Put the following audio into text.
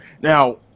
Now